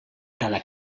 cada